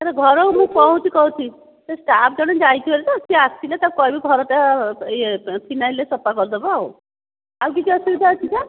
sir ଘରକୁ ମୁଁ କହୁଛି କହୁଛି ସେ ଷ୍ଟାଫ୍ ଜଣେ ଯାଇଛି ହାରି ତ ସେ ଆସିଲେ ତାକୁ କହିବି ଘରଟାକୁ ଇଏ ଫିନାଇଲ୍ରେ ସଫା କରିଦବ ଆଉ କିଛି ଅସୁବିଧା ଅଛି ସାର୍